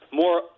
more